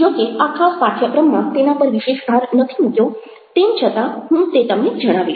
જોકે આ ખાસ પાઠ્યક્રમમાં તેના પર વિશેષ ભાર નથી મૂક્યો તેમ છતાં હું તે તમને જણાવીશ